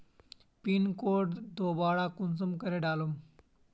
Pin code दोबारा कुंसम करे करूम?